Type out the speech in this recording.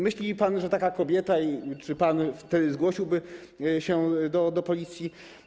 Myśli pan, że taka kobieta, czyli pan, wtedy zgłosiłaby się do policji?